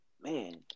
man